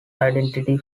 identity